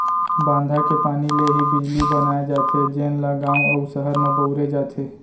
बांधा के पानी ले ही बिजली बनाए जाथे जेन ल गाँव अउ सहर म बउरे जाथे